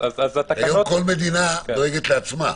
היום כל מדינה דואגת לעצמה.